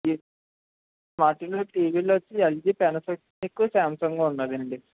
ఈ వాటిలో టీవీ లోకి ఎల్జీ ప్యానసోనిక్కు స్యామ్సంగ్ ఉన్నది